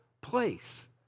place